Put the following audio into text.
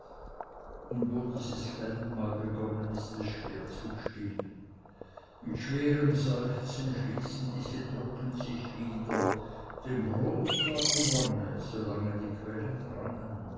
und wo dieses quellen mal begonnen ist es schwer zu stillen mit schwerem seufzen schließen diese drucken sich wieder denn groß war die wonne solang die quellen rannen